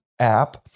app